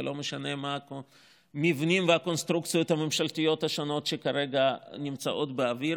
ולא משנים המבנים והקונסטרוקציות הממשלתיות השונות שכרגע נמצאות באוויר,